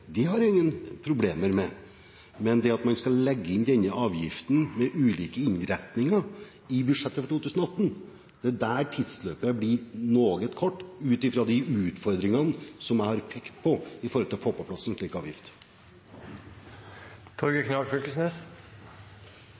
det, har jeg ingen problemer med. Men det at man skal legge inn denne avgiften med ulike innretninger i budsjettet for 2018, gjør at tidsløpet blir noe kort, ut fra de utfordringene jeg har pekt på med hensyn til å få på plass en slik